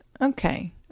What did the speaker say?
Okay